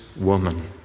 woman